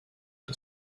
des